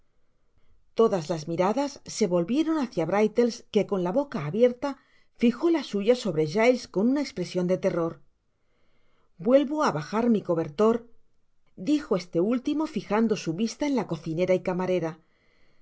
todas las miradas se volvieron háda brittles que con la boca abierta fijo la suya sobre giles con una espresion de terror vuelvo á bajar mi cobertor dijo este último fijando su vista en la cocinera y camarera